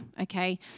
okay